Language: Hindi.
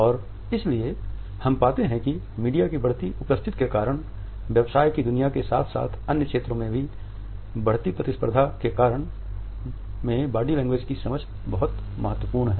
और इसलिए हम पाते हैं कि मीडिया की बढ़ती उपस्थिति के कारण व्यवसाय की दुनिया के साथ साथ अन्य क्षेत्रो में भी बढ़ती प्रतिस्पर्धा के कारण में बॉडी लैंग्वेज की समझ बहुत महत्वपूर्ण है